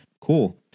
cool